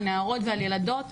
על נערות וילדות,